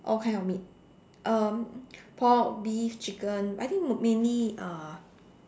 all kind meat um pork beef chicken I think mainly uh